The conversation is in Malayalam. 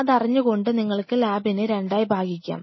അതറിഞ്ഞു കൊണ്ട് നിങ്ങള്ക്ക് ലാബിനെ രണ്ടായി ഭാഗിക്കാം